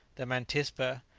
the mantispa,